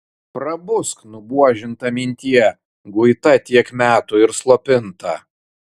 prabusk nubuožinta mintie guita tiek metų ir slopinta